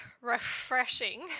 refreshing